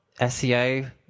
SEO